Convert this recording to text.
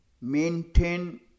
maintain